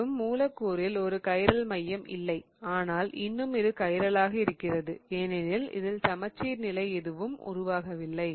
மேலும் மூலக்கூறில் ஒரு கைரல் மையம் இல்லை ஆனால் இன்னும் இது கைரலாக இருக்கிறது ஏனெனில் இதில் சமச்சீர் நிலை எதுவும் உருவாகவில்லை